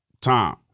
time